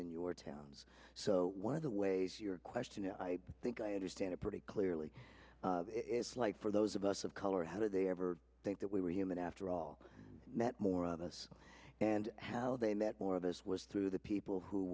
in your towns so one of the ways your question and i think i understand it pretty clearly it's like for those of us of color how did they ever think that we were human after all met more of us and how they met or this was through the people who